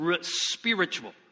spiritual